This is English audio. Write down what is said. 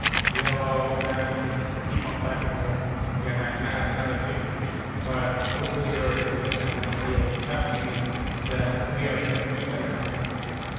yellow and just keep on typing away again. i can have another fifty but hopefully already understand. the idea of what's happening is that we are pretty much setting up these values.